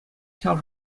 ҫав